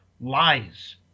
lies